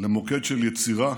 למוקד של יצירה,